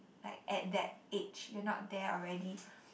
like at that age you're not there already